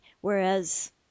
whereas